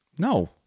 No